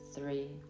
three